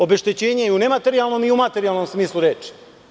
Obeštećenje je i u materijalnom i u nematerijalnom smislu reči.